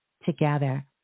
Together